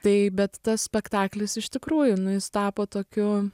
tai bet tas spektaklis iš tikrųjų nu jis tapo tokiu